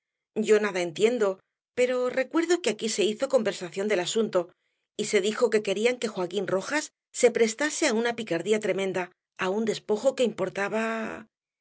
yo nada entiendo pero recuerdo que aquí se hizo conversación del asunto y se dijo que querían que joaquín rojas se prestase á una picardía tremenda á un despojo que importaba